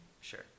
Sure